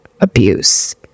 abuse